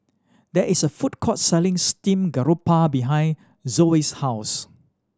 there is a food court selling steamed garoupa behind Zoie's house